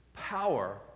power